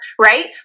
right